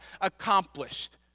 accomplished